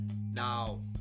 Now